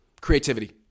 creativity